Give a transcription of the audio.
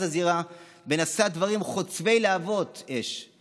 הזירה ונשא דברים חוצבי להבות אש.